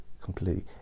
completely